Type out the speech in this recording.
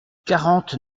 quarante